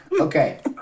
Okay